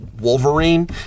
Wolverine